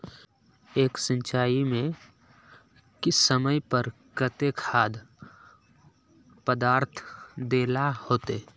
एक सिंचाई में किस समय पर केते खाद पदार्थ दे ला होते?